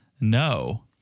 No